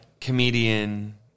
comedian